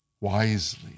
wisely